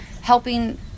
helping